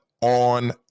on